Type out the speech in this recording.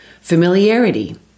familiarity